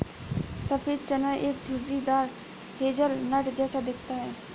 सफेद चना एक झुर्रीदार हेज़लनट जैसा दिखता है